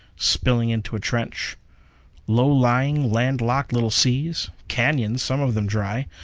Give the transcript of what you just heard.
spilling into a trench low-lying, land-locked little seas canons, some of them dry,